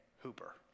Hooper